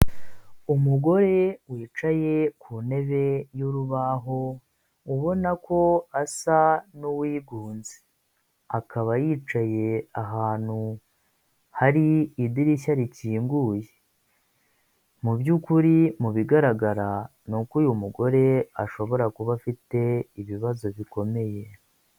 Umugore wicaye ku ntebe y'urubaho ubona ko asa n'uwigunze, akaba yicaye ahantu hari idirishya rikinguye, mu by'ukuri mu bigaragara ni uko uyu mugore ashobora kuba afite ibibazo bikomeye.